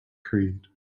creed